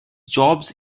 jobs